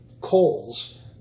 coals